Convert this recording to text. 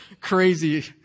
crazy